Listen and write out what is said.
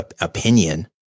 opinion